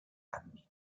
anni